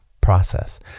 process